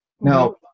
Now